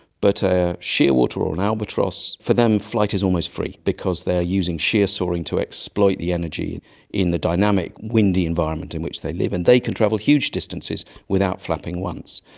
but a shearwater or an albatross, for them flight is almost free because they are using sheer soaring to exploit the energy in the dynamic windy environment in which they live, and they can travel huge distances without flapping once.